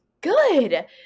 good